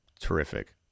Terrific